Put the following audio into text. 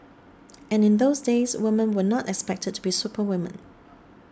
and in those days women were not expected to be superwomen